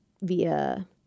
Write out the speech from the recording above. via